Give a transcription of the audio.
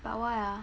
but why ah